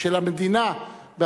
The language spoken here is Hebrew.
של המדינה,